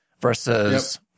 versus